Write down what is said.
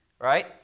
right